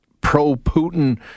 pro-Putin